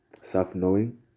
self-knowing